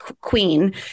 Queen